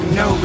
no